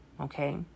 Okay